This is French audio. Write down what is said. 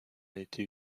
été